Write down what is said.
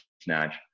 snatch